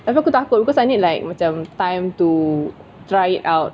tapi aku takut because I need like macam time to try it out